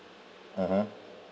mmhmm